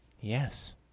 Yes